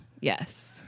yes